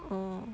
orh